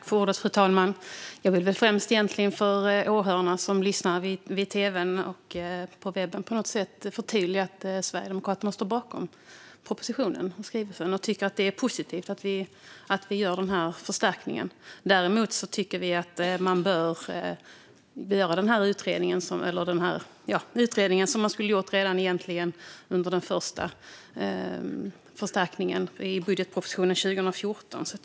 Fru talman! Jag vill för åhörarna och för dem som tittar vid tv:n och via webben förtydliga att Sverigedemokraterna står bakom propositionen och betänkandet. Vi tycker att det är positivt att vi gör den här förstärkningen. Däremot tycker vi att man bör göra den utvärdering som man egentligen skulle ha gjort redan i samband med den första förstärkningen i budgetpropositionen 2014.